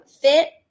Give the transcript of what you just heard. fit